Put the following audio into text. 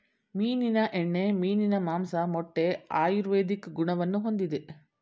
ಮೀನಿನ ಎಣ್ಣೆ, ಮೀನಿನ ಮಾಂಸ, ಮೊಟ್ಟೆ ಆಯುರ್ವೇದಿಕ್ ಗುಣವನ್ನು ಹೊಂದಿದೆ